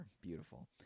beautiful